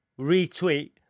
retweet